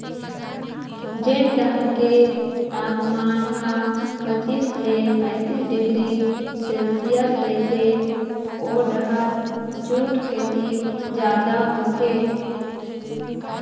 जेन डहर के तापमान ह पचीस ले पैतीस डिग्री सेल्सियस रहिथे ओ डहर जूट खेती जादा होथे